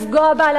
לפגוע בה,